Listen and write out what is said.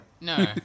No